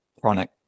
chronic